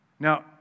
Now